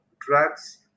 drugs